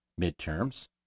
midterms